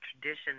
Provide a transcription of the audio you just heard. tradition